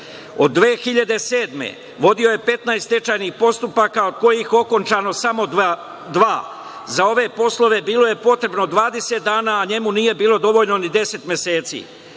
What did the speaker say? godine vodio je 15 stečajnih postupaka, od kojih je okončano samo dva. Za ove poslove bilo je potrebno 20 dana, a njemu nije bilo dovoljno ni 10 meseci.